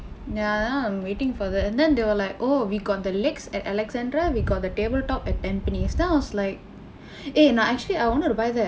mm ya now I'm waiting for that and then they were like oh we got the legs at alexandra we got the table top at tampines then I was like eh no actually I wanted to buy that